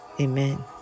Amen